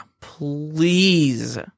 Please